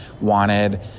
wanted